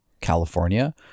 California